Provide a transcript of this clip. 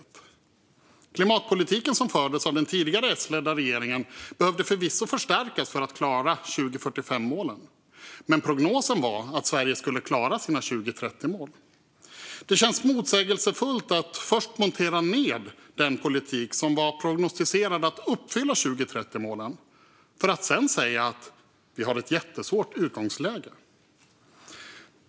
Den klimatpolitik som fördes av den tidigare S-ledda regeringen behövde förvisso förstärkas för att klara 2045-målen, men prognosen var ändå att Sverige skulle klara sina 2030-mål. Det känns motsägelsefullt att först montera ned den politik som var prognostiserad att uppfylla 2030-målen för att sedan säga att vi har ett jättesvårt utgångsläge.